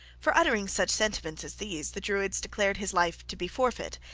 for uttering such sentiments as these the druids declared his life to be forfeit,